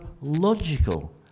logical